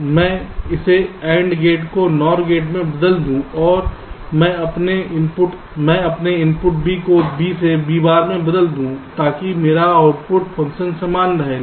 मैं इसे AND gate को NOR गेट में बदल दूं और मैं अपने इनपुट B को B से B बार में बदल दूं ताकि मेरा आउटपुट फंक्शन समान रहे